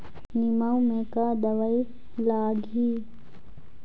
लिमाऊ मे का दवई लागिही?